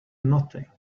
nothing